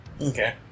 Okay